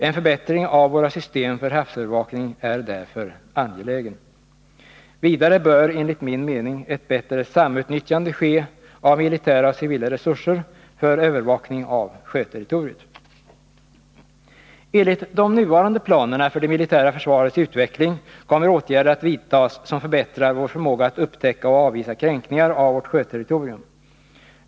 En förbättring av våra system för havsövervakning är därför angelägen. Vidare bör enligt min mening ett bättre samutnyttjande ske av militära och civila resurser för övervakning av sjöterritoriet. Enligt de nuvarande planerna för det militära försvarets utveckling kommer åtgärder att vidtas som förbättrar vår förmåga att upptäcka och avvisa kränkningar av vårt sjöterritorium.